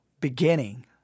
beginning